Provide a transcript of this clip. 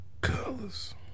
Colors